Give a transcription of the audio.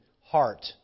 heart